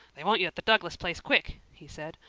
they want you at the douglas place quick, he said.